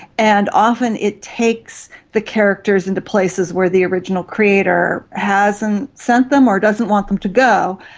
and often it takes the characters into places where the original creator hasn't sent them or doesn't want them to go.